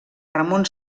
ramon